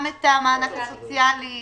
גם את המענק הסוציאלי?